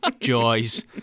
joys